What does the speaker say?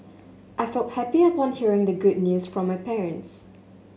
I felt happy upon hearing the good news from my parents